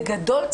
בגדול,